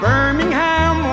Birmingham